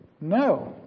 No